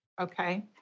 Okay